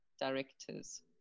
directors